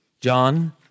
John